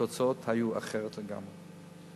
התוצאות היו אחרת לגמרי.